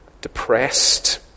depressed